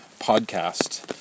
podcast